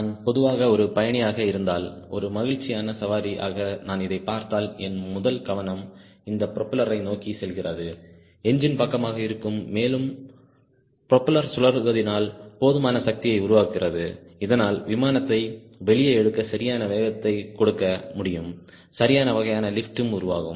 நான் பொதுவாக ஒரு பயணியாக இருந்தால் ஒரு மகிழ்ச்சியான சவாரி ஆக நான் இதைப் பார்த்தால் என் முதல் கவனம் இந்த ப்ரொப்பல்லரை நோக்கிச் செல்கிறது என்ஜின் பக்கமாக இருக்கும் மேலும் ப்ரொப்பல்லர் சுழல்வதினால் போதுமான சக்தியை உருவாகிறதுஇதனால் விமானத்தை வெளியே எடுக்க சரியான வேகத்தை கொடுக்க முடியும் சரியான வகையான லிப்ட் உருவாகும்